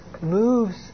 moves